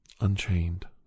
Unchained